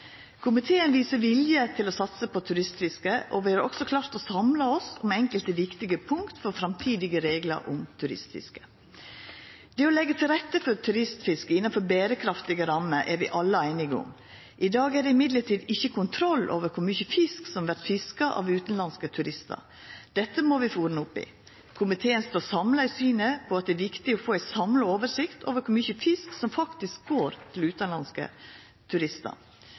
Komiteen viser vilje til å satsa på turistfiske, og vi har også klart å samla oss om enkelte viktige punkt for framtidige reglar om turistfiske. Det å leggja til rette for turistfiske innanfor berekraftige rammer er vi alle einige om. Men i dag er det ikkje kontroll med kor mykje fisk som vert fiska av utanlandske turistar. Dette må vi få ordna opp i. Komiteen står samla i synet på at det er viktig å få ei samla oversikt over kor mykje fisk som faktisk går til utanlandske turistar.